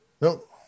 Nope